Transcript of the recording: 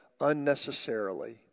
unnecessarily